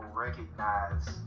Recognize